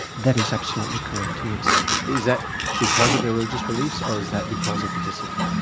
that is absolutely correct, yes. is that because of their religious beliefs or is that because of the discipline?